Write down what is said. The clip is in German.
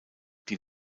die